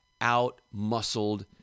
out-muscled